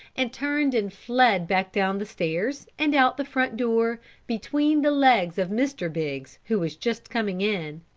and turned and fled back down the stairs, and out the front door between the legs of mr. biggs who was just coming in,